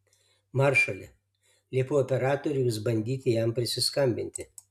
maršale liepiau operatoriui vis bandyti jam prisiskambinti